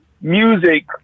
music